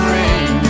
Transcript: rain